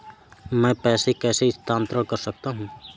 मैं पैसे कैसे स्थानांतरण कर सकता हूँ?